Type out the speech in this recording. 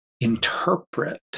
interpret